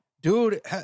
dude